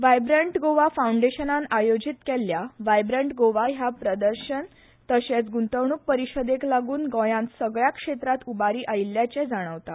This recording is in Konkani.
व्हायब्रण्ट गोवा फाऊंडेशनान आयोजीत केल्ल्या व्हायब्रण्ट गोवा हया प्रदर्शन तथा ग्ंतवणूक परिशदेक लागून गोंयात सगळ्या क्षेत्रात उबारी आयिल्ल्याचे जाणवता